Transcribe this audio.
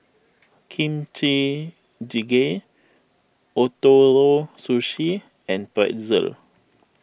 Kimchi Jjigae Ootoro Sushi and Pretzel